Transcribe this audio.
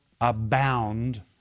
abound